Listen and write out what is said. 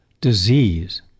disease